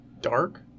dark